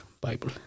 Bible